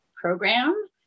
program